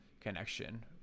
connection